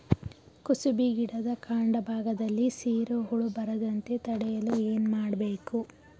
ಕುಸುಬಿ ಗಿಡದ ಕಾಂಡ ಭಾಗದಲ್ಲಿ ಸೀರು ಹುಳು ಬರದಂತೆ ತಡೆಯಲು ಏನ್ ಮಾಡಬೇಕು?